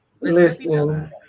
Listen